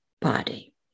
body